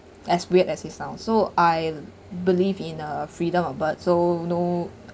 as weird as it sounds so I believe in a freedom of bird so no